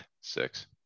six